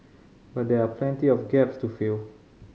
but there are plenty of gaps to fill